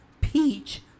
peach